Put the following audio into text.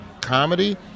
comedy—